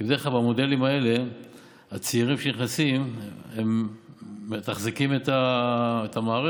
כי בדרך כלל במודלים האלה הצעירים שנכנסים מתחזקים את המערכת.